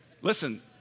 listen